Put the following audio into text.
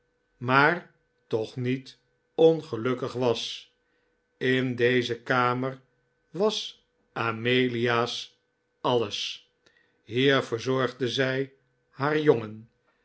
maar toch niet ongelukkig was in deze kamer was amelia's alles hier verzorgde zij haar jongen